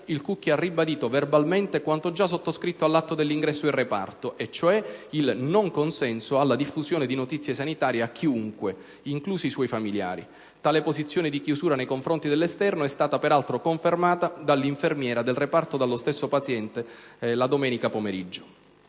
il Cucchi ha ribadito verbalmente quanto già sottoscritto all'atto dell'ingresso in reparto, e cioè il non consenso alla diffusione di notizie sanitarie a chiunque, inclusi i suoi familiari. Tale posizione di chiusura nei confronti dell'esterno è stata peraltro confermata all'infermiera del reparto dallo stesso paziente la domenica pomeriggio.